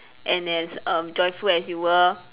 and as err joyful as you were